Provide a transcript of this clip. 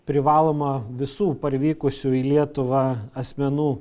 privalomo visų parvykusių į lietuvą asmenų